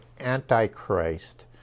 antichrist